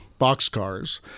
boxcars